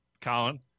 Colin